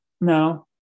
No